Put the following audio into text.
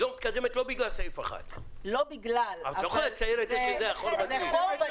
את לא יכולה לצייר את זה כאילו זה החור בדלי.